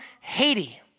Haiti